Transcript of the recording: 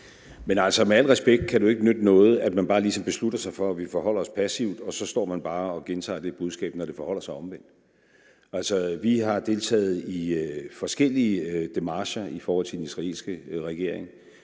Men altså med al respekt kan det jo ikke nytte noget, at man bare lige beslutter sig for, at vi forholder os passivt, og så står man bare og gentager det budskab, når det forholder sig omvendt. Vi har deltaget i forskellige demarcher i forhold til den israelske regering.